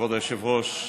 כבוד היושב-ראש,